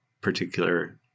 particular